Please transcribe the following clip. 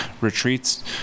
retreats